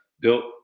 Built